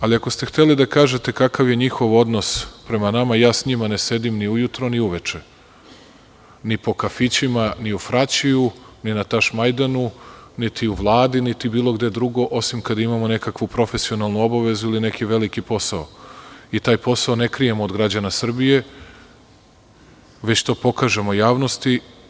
Ali, ako ste hteli da kažete kakav je njihov odnos prema nama, ja sa njima ne sedim ni u ujutru ni uveče, ni po kafićima, ni u „Fraćiju“, ni na Tašmajdanu, niti u Vladi, niti bilo gde drugo, osim kada imamo nekakvu profesionalnu obavezu ili neki veliki posao i taj posao ne krijemo od građana Srbije, već to pokažemo javnosti.